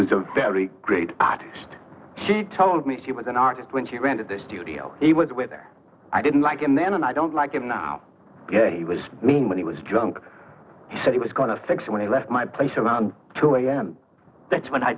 was a very great artist she told me she was an artist when she rented the studio he was with her i didn't like him then and i don't like him now he was mean when he was drunk he said he was going to think when he left my place around two am that's when i